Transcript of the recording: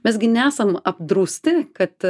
mes gi neesam apdrausti kad